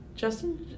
Justin